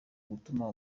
gutuma